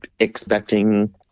expecting